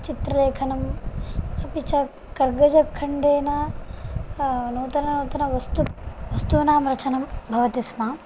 चित्रलेखनं अपि च कर्गजखण्डेन नूतननूतनवस्तु वस्तूनां रचनं भवति स्म